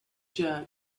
jug